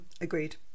agreed